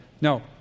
No